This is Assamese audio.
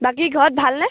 বাকী ঘৰত ভালনে